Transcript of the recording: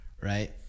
right